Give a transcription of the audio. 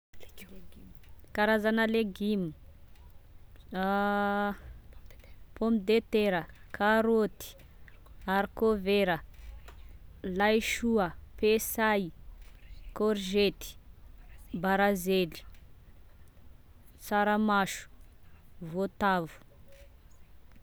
Karazana légumy: pomme de terra, karôty, arikôvera, laisoa, pesay, kôrzety, baranzely, saramaso, voatavo.